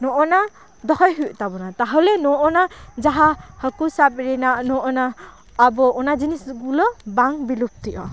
ᱱᱚᱜᱼᱱᱟ ᱫᱚᱦᱚᱭ ᱦᱩᱭᱩᱜ ᱛᱟᱵᱚᱱᱟ ᱛᱟᱦᱚᱞᱮ ᱱᱚᱜᱼᱱᱟ ᱡᱟᱦᱟᱸ ᱦᱟᱹᱠᱩ ᱥᱟᱵ ᱨᱮᱱᱟᱜ ᱱᱚᱜᱼᱱᱟ ᱟᱵᱚ ᱚᱱᱟ ᱡᱤᱱᱤᱥ ᱜᱩᱞᱟᱹ ᱵᱟᱝ ᱵᱤᱞᱩᱯᱛᱤᱜᱼᱟ